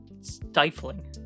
stifling